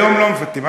היום לא מפטמים.